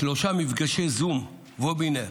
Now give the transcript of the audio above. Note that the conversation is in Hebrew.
שלושה מפגשי זום, וובינר,